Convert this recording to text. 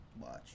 Watch